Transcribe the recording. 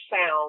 sound